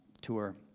tour